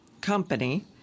company –